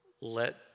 let